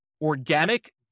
organic